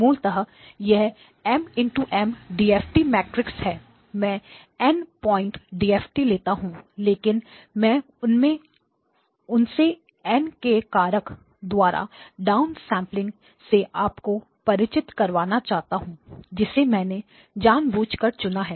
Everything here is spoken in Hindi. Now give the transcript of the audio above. मूलतः यह M∗M DFT मेट्रिक्स है मैं N पॉइंट डीएफटी लेता हूं लेकिन मैं उनसे N के कारक द्वारा डाउनसेंपलिंग से आपको परिचित करवाना चाहता हूं जिसे मैंने जानबूझकर चुना है